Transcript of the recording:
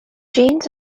jeans